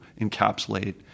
encapsulate